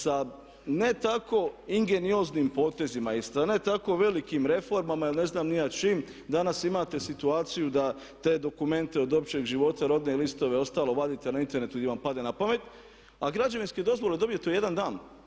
Sa ne tako ingenioznim potezima i sa ne tako velikim reformama ili ne znam ni ja čime danas imate situaciju da te dokumente od općeg života, rodne listove i ostalo vadite na internetu gdje vam padne na pamet, a građevinske dozvole dobijete u jedan dan.